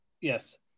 Yes